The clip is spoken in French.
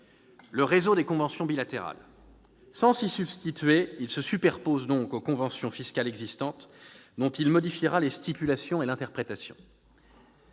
le réseau des conventions bilatérales. Sans s'y substituer, il se superpose aux conventions fiscales existantes, dont il modifiera les stipulations et l'interprétation.